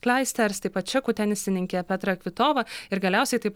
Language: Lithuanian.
kleisters taip pat čekų tenisininkė petra kvitova ir galiausiai taip